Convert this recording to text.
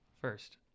first